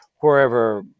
wherever